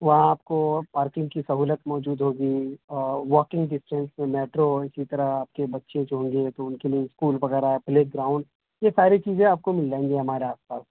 وہاں آپ کو پارکنگ کی سہولت موجود ہوگی اور واکنگ ڈسٹینس پہ میٹرو اسی طرح آپ کے بچے جو ہوں گے تو ان کے لیے اسکول وغیرہ پلے گراؤنڈ یہ ساری چیزیں آپ کو مل جائیں گی ہمارے آس پاس